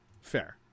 Fair